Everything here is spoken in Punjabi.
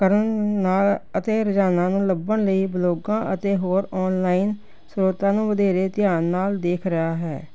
ਕਰਨ ਨਾਲ ਅਤੇ ਰੋਜ਼ਾਨਾ ਨੂੰ ਲੱਭਣ ਲਈ ਬਲੋਗਾਂ ਅਤੇ ਹੋਰ ਆਨਲਾਈਨ ਸਰੋਤਾਂ ਨੂੰ ਵਧੇਰੇ ਧਿਆਨ ਨਾਲ ਦੇਖ ਰਿਹਾ ਹੈ